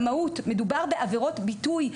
מדובר בעבירות ביטוי.